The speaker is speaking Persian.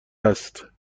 است